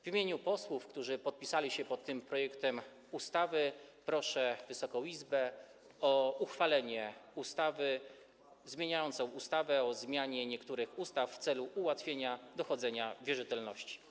W imieniu posłów, którzy podpisali się pod tym projektem ustawy, proszę Wysoką Izbę o uchwalenie ustawy zmieniającej ustawę o zmianie niektórych ustaw w celu ułatwienia dochodzenia wierzytelności.